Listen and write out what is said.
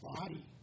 body